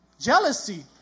Jealousy